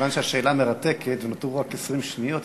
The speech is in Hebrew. מכיוון שהשאלה מרתקת ונותרו רק 20 שניות,